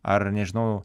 ar nežinau